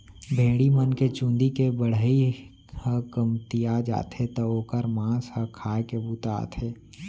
भेड़ी मन के चूंदी के बढ़ई ह कमतिया जाथे त ओकर मांस ह खाए के बूता आथे